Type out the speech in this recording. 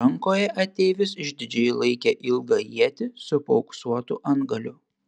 rankoje ateivis išdidžiai laikė ilgą ietį su paauksuotu antgaliu